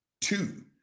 Two